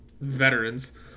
veterans